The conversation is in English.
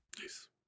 Nice